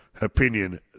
opinion